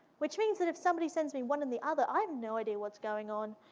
which means that if somebody sends me one and the other, i have no idea what's going on.